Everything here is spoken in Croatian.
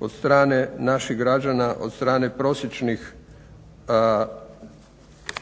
od strane naših građana, od strane prosječnih građana